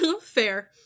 Fair